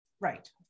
Right